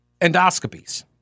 endoscopies